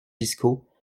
fiscaux